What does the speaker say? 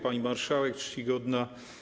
Pani Marszałek Czcigodna!